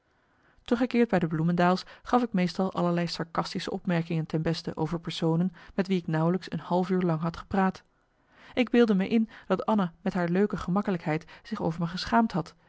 teruggekeerd bij de bloemendaels gaf ik meestal allerlei sarcastische opmerkingen ten beste over personen met wie ik nauwelijks een half uur lang had gepraat ik beeldde me in dat anna met haar leuke gemakkelijkheid zich over me geschaamd had